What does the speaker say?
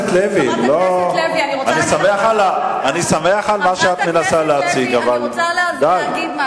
אני שמח על מה שאת מנסה להציג, אבל די.